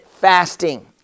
fasting